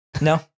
no